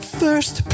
first